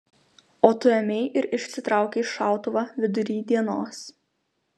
o tu ėmei ir išsitraukei šautuvą vidury dienos